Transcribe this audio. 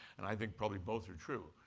and i think probably both are true.